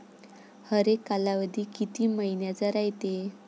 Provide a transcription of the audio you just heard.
हरेक कालावधी किती मइन्याचा रायते?